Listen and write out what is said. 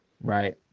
right